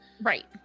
right